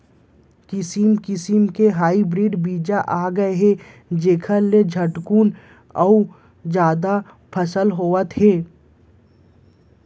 किसम किसम के हाइब्रिड बीजा आगे हे जेखर ले झटकुन अउ जादा फसल होवत हे